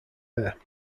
air